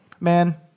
man